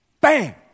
Bam